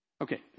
okay